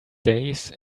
days